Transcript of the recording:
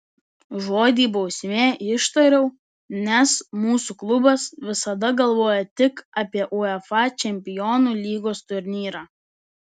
žodį bausmė ištariau nes mūsų klubas visada galvoja tik apie uefa čempionų lygos turnyrą